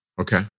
Okay